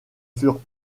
furent